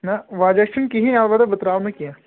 نہَ وجہ چھُنہٕ کِہیٖنٛۍ البتہٕ بہٕ ترٛاوٕ نہٕ کیٚنٛہہ